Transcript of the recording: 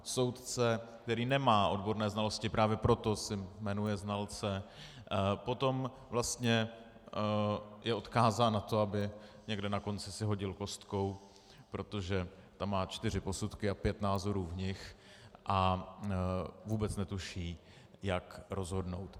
Soudce, který nemá odborné znalosti, právě proto si jmenuje znalce, potom vlastně je odkázán na to, aby někde na konci si hodil kostkou, protože tam má čtyři posudky a pět názorů v nich a vůbec netuší, jak rozhodnout.